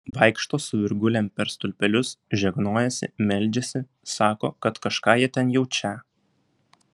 vaikšto su virgulėm per stulpelius žegnojasi meldžiasi sako kažką jie ten jaučią